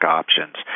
options